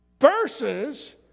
verses